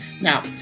Now